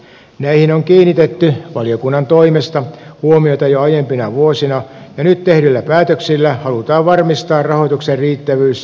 näin on kiinnitetty valiokunnan toimesta huomiota jo aiempina vuosina vienyt tehdyillä päätöksillä halutaan varmistaa rahoituksen riittävyys